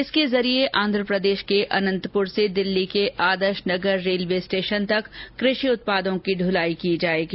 इसके जरिए आंधप्रदेश के अनंतपुर से दिल्ली के आदर्श नगर रेलवे स्टेशन तक कृषि उत्पादों की दूलाई की जाएगी